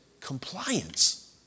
compliance